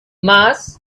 mars